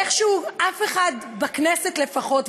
איכשהו אף אחד בכנסת לפחות,